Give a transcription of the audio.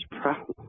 problem